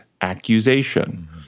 accusation